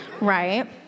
right